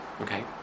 Okay